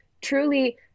truly